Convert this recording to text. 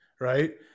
right